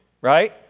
right